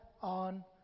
on